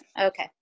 Okay